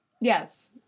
Yes